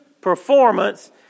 performance